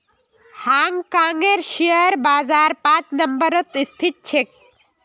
हांग कांगेर शेयर बाजार पांच नम्बरत स्थित छेक